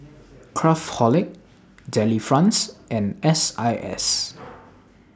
Craftholic Delifrance and S I S